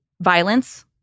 violence